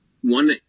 one